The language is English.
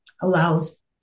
allows